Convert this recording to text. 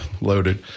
loaded